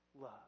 love